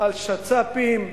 על שצ"פים,